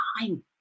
time